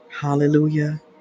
Hallelujah